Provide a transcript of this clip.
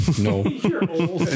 no